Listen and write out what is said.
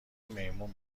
میمون